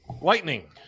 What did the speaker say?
Lightning